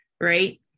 right